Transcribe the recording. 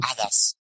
others